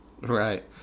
Right